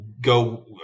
go